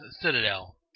citadel